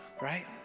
right